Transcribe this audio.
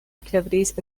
activities